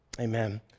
Amen